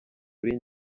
kuri